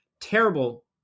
terrible